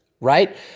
right